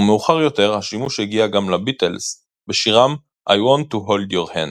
ומאוחר יותר השימוש הגיע גם לביטלס בשירם "I Want To Hold Your Hand".